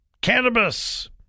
cannabis